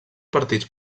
partits